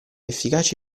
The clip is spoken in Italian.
efficaci